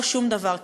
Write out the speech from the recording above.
לא שום דבר כזה.